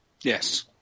Yes